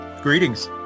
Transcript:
Greetings